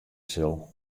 sil